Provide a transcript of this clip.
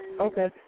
okay